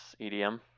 EDM